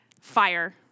fire